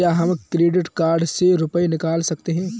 क्या हम credit card से रुपये निकाल सकते हैं?